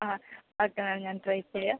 ആ okay ma'am ഞാൻ try ചെയ്യാം